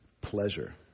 pleasure